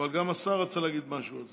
גם השר רוצה להגיד משהו.